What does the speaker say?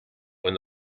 when